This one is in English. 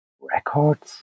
Records